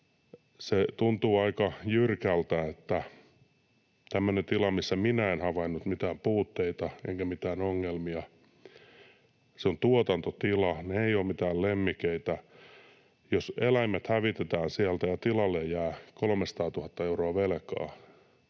se tuntuu aika jyrkältä, jos tämmöisellä tilalla, missä minä en havainnut mitään puutteita enkä mitään ongelmia — se on tuotantotila, eivätkä ne ole mitään lemmikkejä — eläimet hävitetään ja tilalle jää 300 000 euroa velkaa.